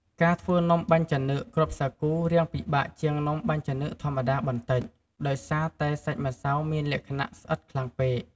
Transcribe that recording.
ការធ្វើនំបាញ់ចានឿកគ្រាប់សាគូរាងពិបាកជាង នំបាញ់ចានឿកធម្មតាបន្តិច ដោយសារតែសាច់ម្សៅមានលក្ខណៈស្អិតខ្លាំងពេក។